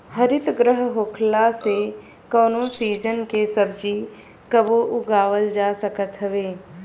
हरितगृह होखला से कवनो सीजन के सब्जी कबो उगावल जा सकत हवे